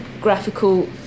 graphical